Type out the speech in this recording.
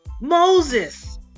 Moses